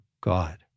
God